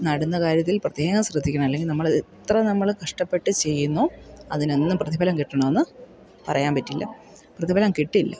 നടുന്ന കാര്യത്തിൽ പ്രത്യേകം ശ്രദ്ധിക്കണം അല്ലെങ്കിൽ നമ്മൾ എത്ര നമ്മൾ കഷ്ടപ്പെട്ട് ചെയ്യുന്നോ അതിനൊന്നും പ്രതിഫലം കിട്ടണമെന്നു പറയാൻ പറ്റില്ല പ്രതിഫലം കിട്ടില്ല